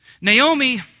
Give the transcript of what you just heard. Naomi